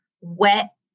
wet